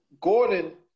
Gordon